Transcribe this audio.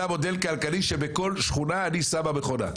מודל כלכלי שבכל שכונה אני שמה מכונה?